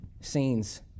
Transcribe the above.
scenes